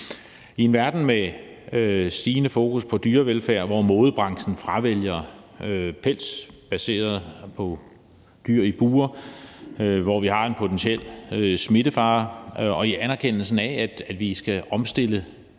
I en verden med stigende fokus på dyrevelfærd, hvor modebranchen fravælger pels baseret på dyr i bure, hvor vi har en potentiel smittefare, og i anerkendelse af at vi skal omstille